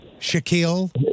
Shaquille